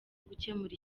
gukemura